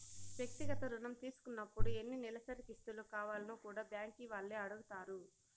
వ్యక్తిగత రుణం తీసుకున్నపుడు ఎన్ని నెలసరి కిస్తులు కావాల్నో కూడా బ్యాంకీ వాల్లే అడగతారు